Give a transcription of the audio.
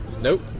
Nope